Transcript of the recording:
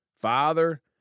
Father